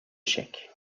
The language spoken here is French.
chèques